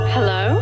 Hello